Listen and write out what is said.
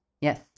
Yes